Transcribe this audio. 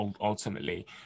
ultimately